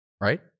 right